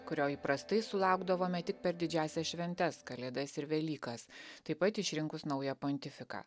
kurio įprastai sulaukdavome tik per didžiąsias šventes kalėdas ir velykas taip pat išrinkus naują pontifiką